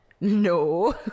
no